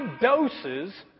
doses